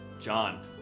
John